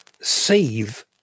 save